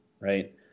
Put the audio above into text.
right